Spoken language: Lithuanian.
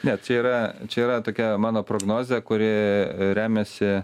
ne čia yra čia yra tokia mano prognozė kuri remiasi